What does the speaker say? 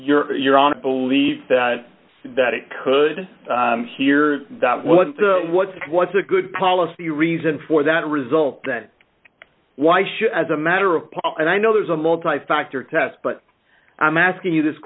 you're you're on a belief that that it could hear that well what's what's a good policy reason for that result that why should i as a matter of and i know there's a multi factor test but i'm asking you this